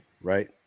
Right